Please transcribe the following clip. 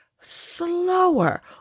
slower